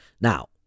Now